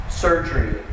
surgery